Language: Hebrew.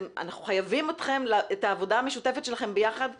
אנחנו חייבים את העובדה המשותפת לכם ביחד לטובתנו,